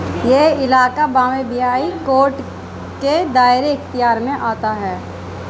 یہ علاقہ Bombay high court کے دائرہ اختیار میں آتا ہے